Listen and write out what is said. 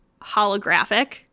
holographic